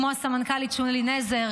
כמו הסמנכ"לית שולי נזר,